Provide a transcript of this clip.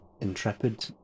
intrepid